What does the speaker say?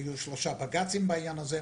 היו שלושה בג"צים בעניין הזה,